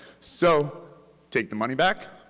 so take the money back,